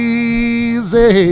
easy